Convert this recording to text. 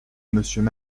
monsieur